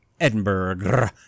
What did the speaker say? Edinburgh